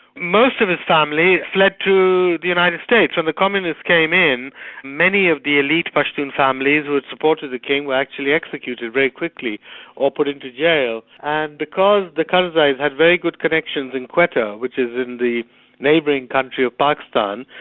most of his family fled to the united states when and the communists came in many of the elite western families who supported the king were actually executed very quickly or put into jail. and because the karzais had very good connections in quetta, which is in the neighbouring country of pakistan,